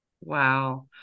Wow